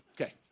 Okay